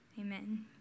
Amen